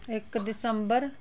इक दिसंबर